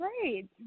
great